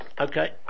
Okay